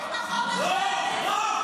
חוזר.